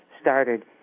started